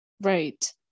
right